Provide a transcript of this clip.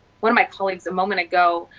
one of my colleagues a moment ago.